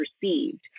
perceived